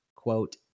quote